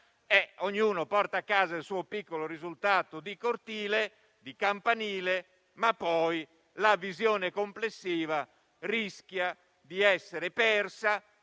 ognuno porta a casa il suo piccolo risultato di cortile, di campanile, ma poi la visione complessiva rischia di essere persa